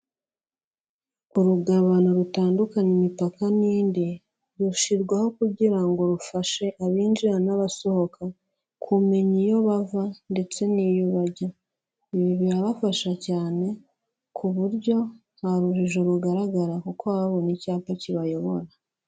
Urugabano rutandukanya imipaka n'indi, rushyirwaho kugira ngo rufashe abinjira n'abasohoka kumenya iyo bava ndetse n'iyo bajya. Ibi birabafasha cyane ku buryo nta rujijo rugaragara kuko babona icyapa kibayobora.